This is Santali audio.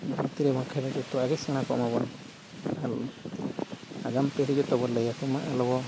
ᱵᱤᱱᱛᱤ ᱨᱮ ᱵᱟᱠᱷᱮᱬ ᱨᱮ ᱡᱚᱛᱚᱣᱟᱜ ᱜᱮ ᱥᱮᱬᱟ ᱠᱟᱜ ᱢᱟᱵᱚᱱ ᱟᱨ ᱟᱜᱟᱢ ᱯᱤᱲᱦᱤ ᱡᱚᱛᱚ ᱵᱚ ᱞᱟᱹᱭ ᱟᱠᱚᱢᱟ ᱟᱞᱚ ᱵᱚ